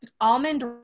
almond